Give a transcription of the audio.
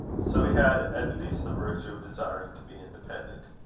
so he had at least the virtue of desiring to be independent.